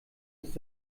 ist